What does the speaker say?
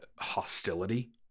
hostility